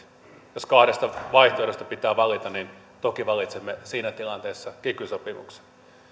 jos kahdesta vaihtoehdosta pitää valita niin toki valitsemme siinä tilanteessa kiky sopimuksen